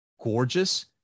gorgeous